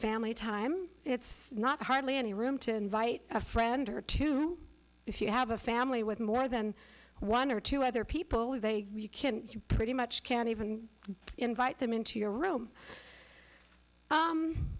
family time it's not hardly any room to invite a friend or two if you have a family with more than one or two other people with a you can pretty much can even invite them into your room